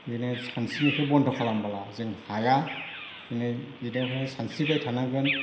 बेनो सानस्रिनायखौ बन्द' खालामोब्ला जों हाया जों बेनिखायनो सानस्रिबाय थानांगोन